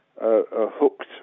hooked